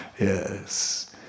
yes